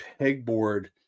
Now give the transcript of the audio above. pegboard